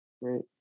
right